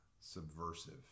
subversive